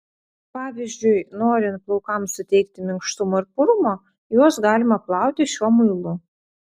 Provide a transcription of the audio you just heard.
pavyzdžiui norint plaukams suteikti minkštumo ir purumo juos galima plauti šiuo muilu